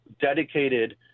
dedicated